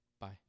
bye